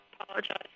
apologize